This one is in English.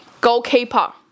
Goalkeeper